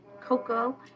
cocoa